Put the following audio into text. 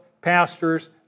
pastors